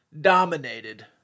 dominated